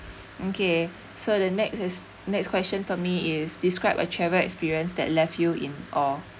okay so the next is next question for me is describe a travel experience that left you in awe